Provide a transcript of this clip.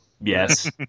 yes